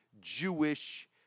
Jewish